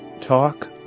talk